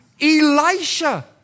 Elisha